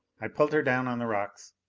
i pulled her down on the rocks.